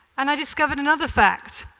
and i discovered another fact,